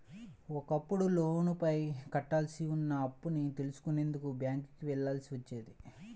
ఒకప్పుడు లోనుపైన కట్టాల్సి ఉన్న అప్పుని తెలుసుకునేందుకు బ్యేంకుకి వెళ్ళాల్సి వచ్చేది